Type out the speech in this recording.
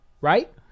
right